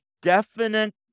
definite